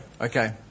okay